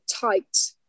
tight